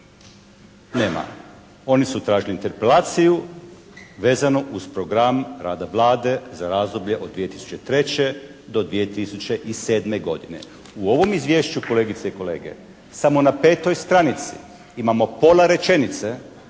Nema. Oni su tražili interpelaciju vezanu uz program rada Vlade za razdoblje od 2003. do 2007. godine. U ovom izvješću kolegice i kolege, samo na 5. stranici imamo pola rečenice